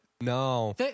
No